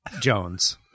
Jones